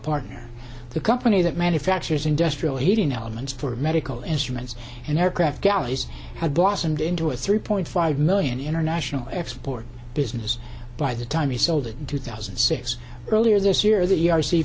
partner the company that manufactures industrial heating elements for medical instruments and aircraft galleries had blossomed into a three point five million international export business by the time he sold it in two thousand and six earlier this year the